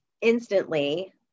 instantly